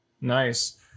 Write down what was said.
Nice